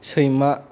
सैमा